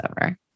over